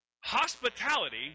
Hospitality